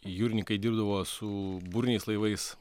jūrininkai dirbdavo su buriniais laivais